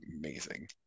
amazing